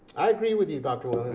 i agree with you, dr. williams.